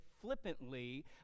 flippantly